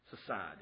society